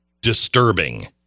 disturbing